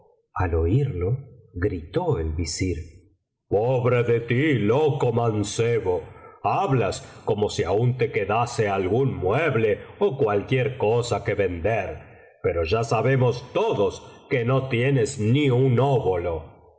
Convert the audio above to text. al oírlo gritó el visir pobre de ti loco mancebo hablas como si aún te quedase algún mueble ó cualquier cosa que vender pero ya sabemos todos que no tienes ni un óbolo